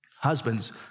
Husbands